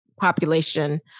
population